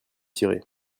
tirer